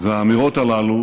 האמירות הללו